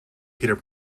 peter